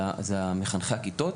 הם מחנכי הכיתות.